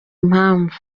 impamvu